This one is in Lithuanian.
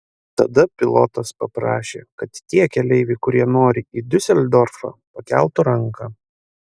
tada pilotas paprašė kad tie keleiviai kurie nori į diuseldorfą pakeltų ranką